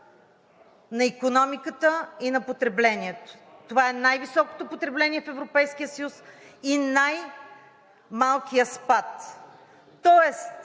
на икономиката и на потреблението. Това е най-високото потребление в Европейския съюз и най-малкият спад. Тоест,